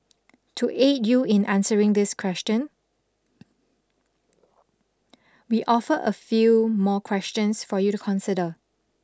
to aid you in answering this question we offer a few more questions for you to consider